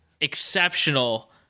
exceptional